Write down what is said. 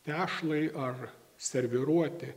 tešlai ar serviruoti